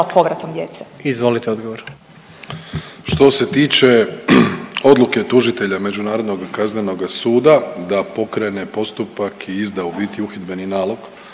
Andrej (HDZ)** Što se tiče odluke tužitelja Međunarodnoga kaznenoga suda da pokrene postupak i izda u biti uhidbeni nalog